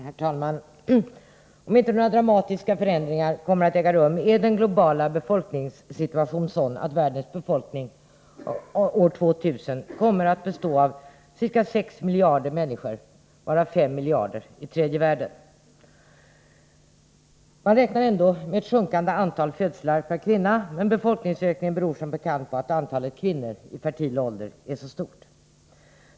Herr talman! Om inte några dramatiska förändringar äger rum är den globala befolkningssituationen sådan att världens befolkning år 2000 kommer att bestå av ca 6 miljarder människor, varav 5 miljarder i tredje världen. Man räknar ändå med ett sjunkande antal födslar per kvinna, men befolkningsökningen beror som bekant på att antalet kvinnor i fertil ålder är så stort.